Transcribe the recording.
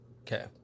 Okay